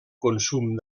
consum